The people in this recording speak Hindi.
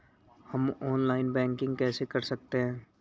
हम ऑनलाइन बैंकिंग कैसे कर सकते हैं?